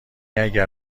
اگه